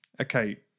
okay